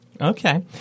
Okay